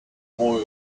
boy